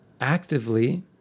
actively